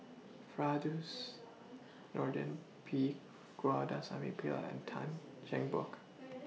Nordin P Pillai and Tan Cheng Bock